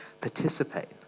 participate